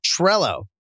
Trello